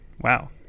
wow